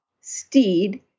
Steed